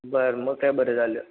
बरं मग काय बरं झालं